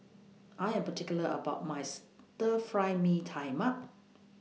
I Am particular about My Stir Fry Mee Tai Mak